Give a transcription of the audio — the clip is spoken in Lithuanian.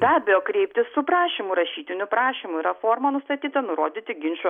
be abejo kreiptis su prašymu rašytiniu prašymu yra forma nustatyta nurodyti ginčo